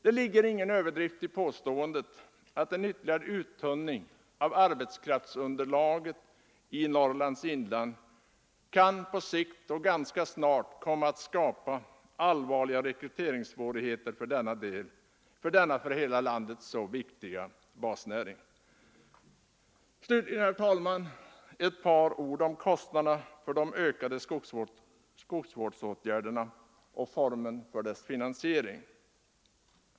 Det ligger ingen överdrift i påståendet att en ytterligare uttunning av arbetskraftsunderlaget i Norrlands inland på sikt — och ganska snart — kan komma att skapa allvarliga rekryteringssvårigheter till denna för hela landet så viktiga basnäring. Slutligen, herr talman, några ord om kostnaderna för de ökade skogsvårdsåtgärderna och formen för deras finansiering.